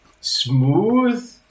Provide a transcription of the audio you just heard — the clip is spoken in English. Smooth